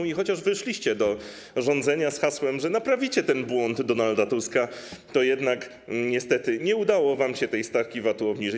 I chociaż wyszliście do rządzenia z hasłem, że naprawicie ten błąd Donalda Tuska, to jednak niestety nie udało wam się tej stawki VAT-u obniżyć.